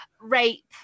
rape